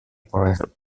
por